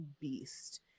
beast